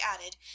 added